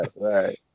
right